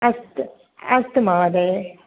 अस्तु अस्तु महोदये